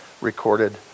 recorded